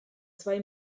zwei